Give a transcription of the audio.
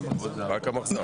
להגנת הסביבה.